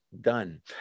done